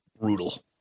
Brutal